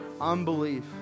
unbelief